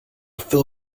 fill